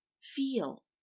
Feel